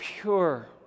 pure